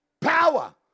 power